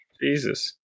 Jesus